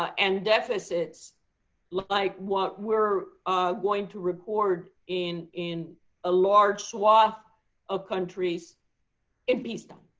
and deficits like what we're going to record in in a large swath of countries in peacetime.